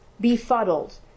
befuddled